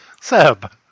Seb